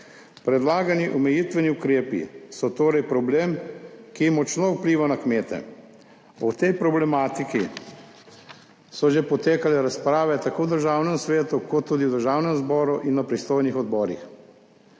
Predlagani omejitveni ukrepi so torej problem, ki močno vpliva na kmete. O tej problematiki so že potekale razprave tako v Državnem svetu kot tudi v Državnem zboru in na pristojnih odborih.